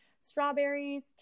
strawberries